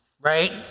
Right